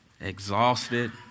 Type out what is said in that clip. exhausted